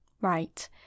Right